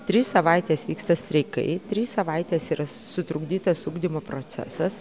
tris savaites vyksta streikai trys savaitės yra sutrukdytas ugdymo procesas